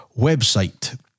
website